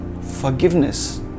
forgiveness